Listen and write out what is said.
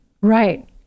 Right